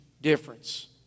difference